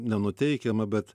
nenuteikiama bet